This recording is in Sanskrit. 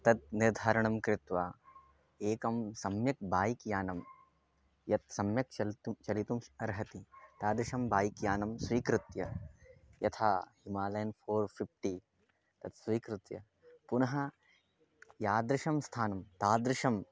तत् निर्धारणं कृत्वा एकं सम्यक् बाय्क्यानं यत् सम्यक् चालितुं चालितुम् अर्हति तादृशं बाय्क्यानं स्वीकृत्य यथा हिमालयन् फ़ोर् फ़िफ़्टि तत् स्वीकृत्य पुनः यादृशं स्थानं तादृशम्